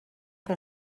que